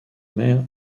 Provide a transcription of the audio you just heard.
met